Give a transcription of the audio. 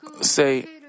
say